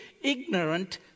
ignorant